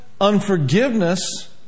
unforgiveness